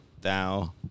thou